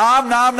נאם,